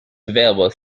available